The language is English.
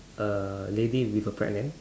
a lady with a pregnant